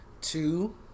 two